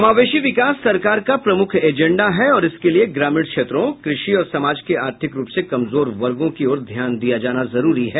समावेशी विकास सरकार का प्रमुख एजेंडा है और इसके लिए ग्रामीण क्षेत्रों कृषि और समाज के आर्थिक रूप से कमजोर वर्गो की ओर ध्यान दिया जाना जरूरी है